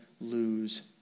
lose